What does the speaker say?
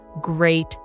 great